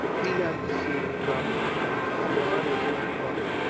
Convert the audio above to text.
be not deceived! cromwell thundered. god is not mocked.